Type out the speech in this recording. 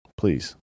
please